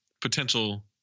potential